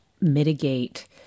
mitigate